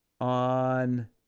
On